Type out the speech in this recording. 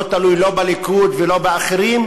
לא תלוי לא בליכוד ולא באחרים,